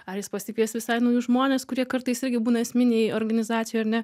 ar jis pasikvies visai naujus žmonės kurie kartais irgi būna esminiai organizacijoj ar ne